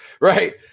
right